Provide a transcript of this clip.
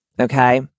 okay